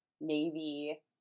navy